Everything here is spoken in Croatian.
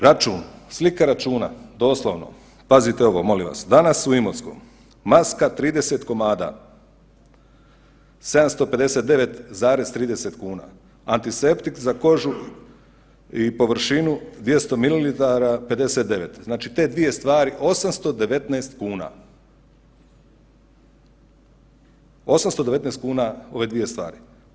Račun, slika računa doslovno, pazite ovo molim vas, danas u Imotskom maska 30 komada 759,30 kuna, antiseptik za kožu i površinu 200ml 59, znači te dvije stvari 819 kuna, 819 kuna ove dvije stvari.